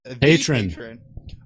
Patron